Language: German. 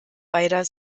beider